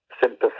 sympathy